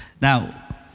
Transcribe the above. Now